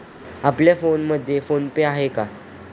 आपल्या फोनमध्ये PhonePe आहे का?